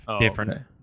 different